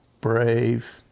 brave